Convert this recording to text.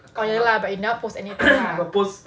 orh ya lah but you never post anything lah